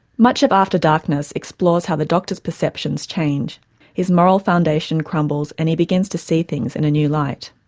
much of after darkness explores how the doctor's perceptions change his moral foundation crumbles and he begins to see things in a new light.